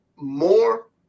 More